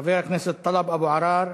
חבר הכנסת טלב אבו עראר.